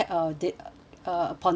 uh upon delivery